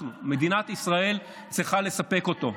אנחנו, מדינת ישראל צריכה לספק אותו,